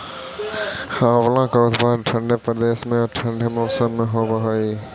आंवला का उत्पादन ठंडे प्रदेश में या ठंडे मौसम में होव हई